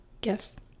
gifts